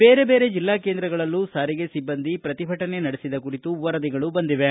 ಬೇರೆ ಬೇರೆ ಜಿಲ್ಲಾ ಕೇಂದ್ರಗಳಲ್ಲೂ ಸಾರಿಗೆ ಸಿಬ್ಬಂದಿಯ ಪ್ರತಿಭಟನೆ ಕುರಿತು ವರದಿಗಳು ಬಂದಿವೆ